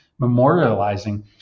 memorializing